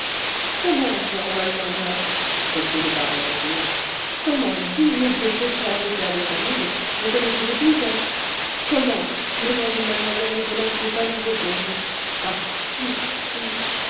walter murph reprit le baron en riant comment digne et respectable père de famille vous connaissez des grisettes comment le nom d'une mlle rigolette n'est pas nouveau pour vous ah fi